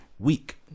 week